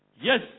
Yes